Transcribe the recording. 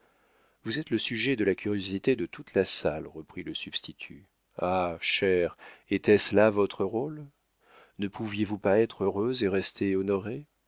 vous êtes le sujet de la curiosité de toute la salle reprit le substitut ah chère était-ce là votre rôle ne pouviez-vous pas être heureuse et rester honorée